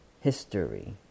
history